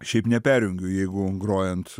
šiaip neperjungiu jeigu grojant